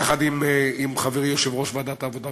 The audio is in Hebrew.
יחד עם חברי יושב-ראש ועדת העבודה והרווחה.